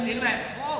אז להסדיר להם חוק?